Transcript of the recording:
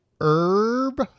herb